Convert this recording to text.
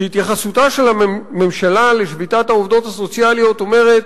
שהתייחסותה של הממשלה לשביתת העובדות הסוציאליות אומרת: